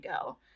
go